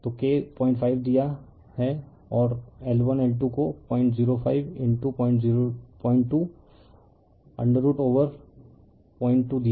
तो K 05 दिया और L1L2 को 00502√ over02 दिया